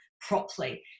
properly